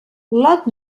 lot